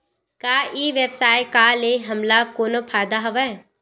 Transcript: का ई व्यवसाय का ले हमला कोनो फ़ायदा हवय?